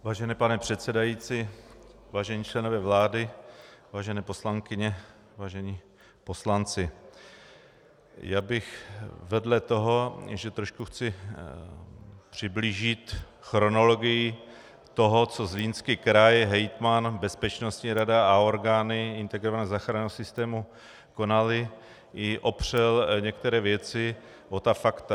Vážený pane předsedající, vážení členové vlády, vážené poslankyně, vážení poslanci, já bych vedle toho, že trošku chci přiblížit chronologii toho, co Zlínský kraj, hejtman, bezpečnostní rada a orgány integrovaného záchranného systému konaly, i opřel některé věci o ta fakta.